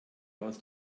aus